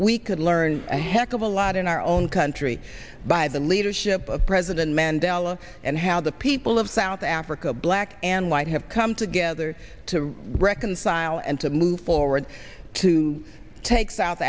we could learn a heck of a lot in our own country by the leadership of president mandela and how the people of south africa black and white have come together to reconcile and to move forward to take south